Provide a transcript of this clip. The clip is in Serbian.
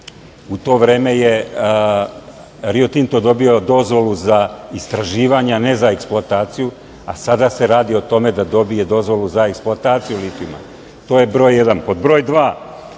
U to vreme je Rio Tinto dobio dozvolu za istraživanje, a ne za eksploataciju, a sada se radi o tome da dobije dozvolu za eksploataciju litijuma. To je broj jedan. Pod broj dva,